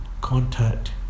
contact